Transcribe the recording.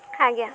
ଆଜ୍ଞା